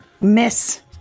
Miss